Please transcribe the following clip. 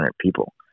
people